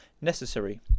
necessary